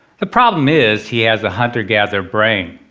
the problem is he has a hunter-gather brain.